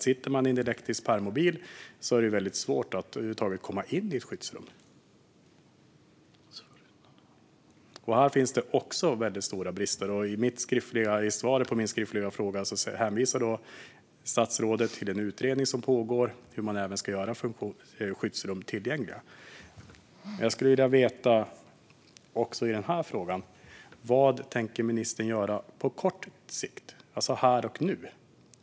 Sitter man i en elektrisk permobil är det alltså väldigt svårt att över huvud taget komma in i ett skyddsrum. Här finns det väldigt stora brister. I svaret på min skriftliga fråga hänvisar statsrådet till en utredning som pågår, om hur man ska göra för att få skyddsrum tillgängliga. Jag skulle vilja veta också i denna fråga: Vad tänker ministern göra på kort sikt, alltså här och nu?